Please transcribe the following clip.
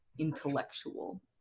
intellectual